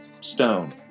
stone